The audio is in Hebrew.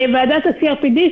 ועדת ה-CRPD,